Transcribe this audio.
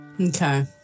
Okay